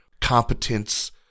competence